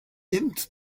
int